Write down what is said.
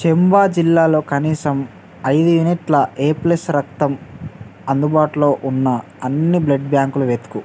చంబా జిల్లాలో కనీసం ఐదు యూనిట్ల ఏ ప్లస్ రక్తం అందుబాటులో ఉన్న అన్ని బ్లడ్ బ్యాంకులు వెతుకు